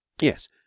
yes